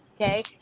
okay